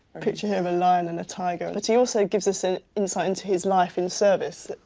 picture here of a lion and a tiger. but he also gives us an insight into his life in service,